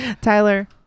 Tyler